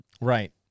right